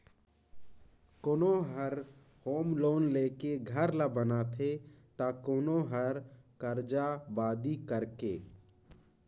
कोनो हर home loan लेके घर ल बनाथे त कोनो हर करजा बादी करके